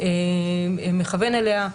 מכוון אליה,